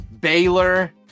Baylor